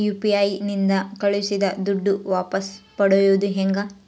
UPI ನಿಂದ ಕಳುಹಿಸಿದ ದುಡ್ಡು ವಾಪಸ್ ಪಡೆಯೋದು ಹೆಂಗ?